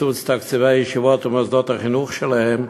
קיצוץ תקציבי הישיבות ומוסדות החינוך שלהם,